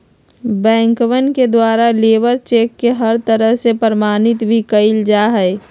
बैंकवन के द्वारा लेबर चेक के हर तरह से प्रमाणित भी कइल जा हई